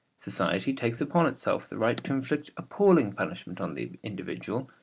society takes upon itself the right to inflict appalling punishment on the individual,